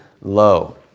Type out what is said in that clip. low